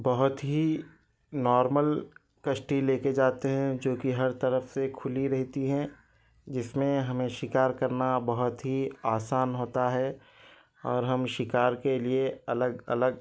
بہت ہی نارمل کشتی لے کے جاتے ہیں جو کہ ہر طرف سے کھلی رہتی ہیں جس میں ہمیں شکار کرنا بہت ہی آسان ہوتا ہے اور ہم شکار کے لیے الگ الگ